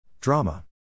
Drama